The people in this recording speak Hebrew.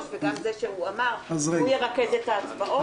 והוא גם אמר שהוא ירכז את ההצבעות.